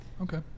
Okay